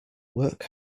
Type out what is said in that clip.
work